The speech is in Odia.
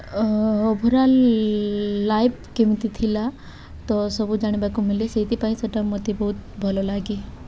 ଓଭରାଲ୍ ଲାଇଫ୍ କେମିତି ଥିଲା ତ ସବୁ ଜାଣିବାକୁ ମିଳେ ସେଇଥିପାଇଁ ସେଇଟା ମୋତେ ବହୁତ ଭଲ ଲାଗେ